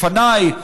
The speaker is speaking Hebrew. לפניי,